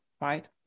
right